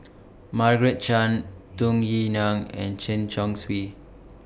Margaret Chan Tung Yue Nang and Chen Chong Swee